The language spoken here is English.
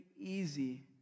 easy